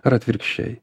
ar atvirkščiai